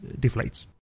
deflates